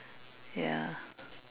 ya